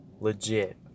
Legit